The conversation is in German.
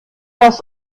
das